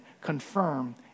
confirm